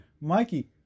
Mikey